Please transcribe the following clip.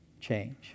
change